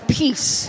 peace